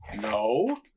no